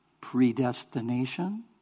predestination